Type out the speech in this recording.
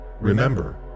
remember